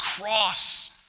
cross